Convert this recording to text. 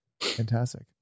fantastic